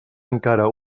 encara